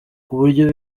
kuburyo